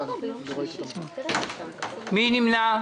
מי נמנע?